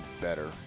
better